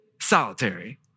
solitary